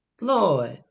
Lord